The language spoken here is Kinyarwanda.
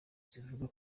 zivuga